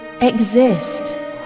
Exist